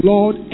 Lord